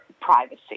privacy